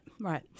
right